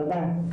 תודה.